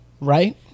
Right